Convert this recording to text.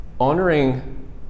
honoring